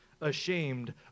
ashamed